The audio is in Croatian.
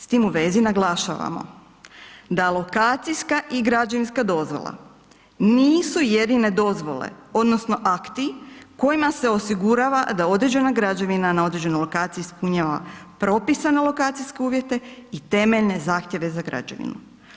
S tim u vezi naglašavamo da lokacijska i građevinska dozvola nisu jedine dozvole odnosno akti kojima se osigurava da određena građevina na određenoj lokaciji ispunjava propisane lokacijske uvjete i temeljne zahtjeve za građevinu.